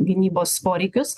gynybos poreikius